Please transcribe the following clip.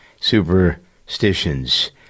superstitions